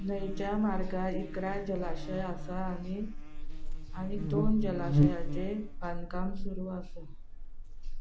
न्हंयच्या मार्गार इकरा जलाशय आसा आनी आनी दोन जलाशयांचें बांदकाम सुरू आसा